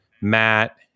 Matt